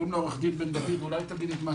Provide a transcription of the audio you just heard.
עורך דין בן דוד מעיר לי הערה.